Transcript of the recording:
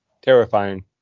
terrifying